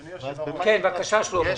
בבקשה, שלמה.